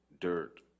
dirt